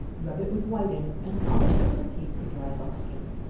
rub it with whiting, and polish it with a piece of dry buckskin.